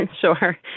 Sure